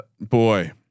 boy